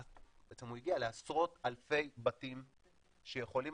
בעצם הוא הגיע לעשרות אלפי בתים שיכולים